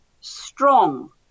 strong